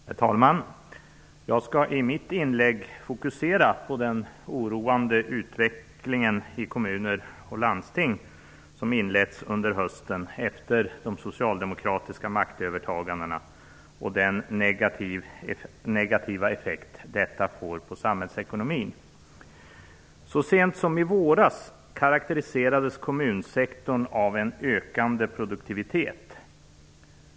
Herr talman! Jag skall i mitt inlägg fokusera på den oroande utvecklingen i kommuner och landsting, som inletts under hösten efter de socialdemokratiska maktövertagandena, och den negativa effekt detta får för samhällsekonomin. Så sent som i våras karakteriserades kommunsektorn av en ökande produktivitet.